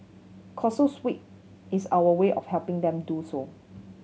causes week is our way of helping them do so